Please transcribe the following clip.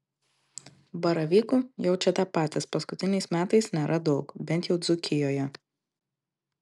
baravykų jaučiate patys paskutiniais metais nėra daug bent jau dzūkijoje